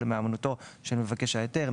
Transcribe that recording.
או למהימנותו של מבקש ההיתר.